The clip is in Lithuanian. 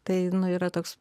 tai yra toks